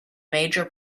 major